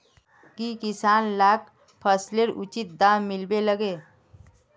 की किसान लाक फसलेर उचित दाम मिलबे लगे?